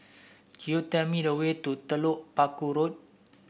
could you tell me the way to Telok Paku Road